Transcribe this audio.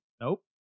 nope